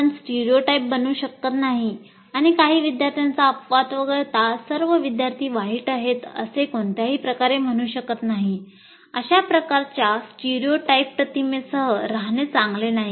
आपण स्टिरिओटाइप प्रतिमेसह रहाणे चांगले नाही